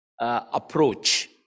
approach